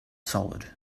solid